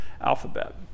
alphabet